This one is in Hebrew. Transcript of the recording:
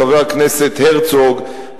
חבר הכנסת הרצוג,